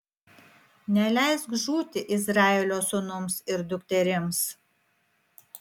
neleisk žūti izraelio sūnums ir dukterims